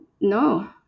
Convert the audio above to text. no